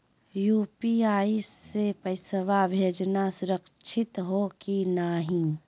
UPI स पैसवा भेजना सुरक्षित हो की नाहीं?